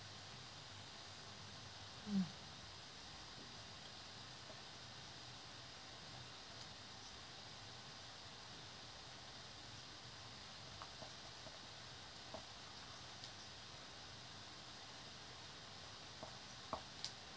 mm